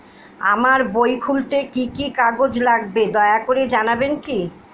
আমার বই খুলতে কি কি কাগজ লাগবে দয়া করে জানাবেন কি?